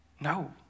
No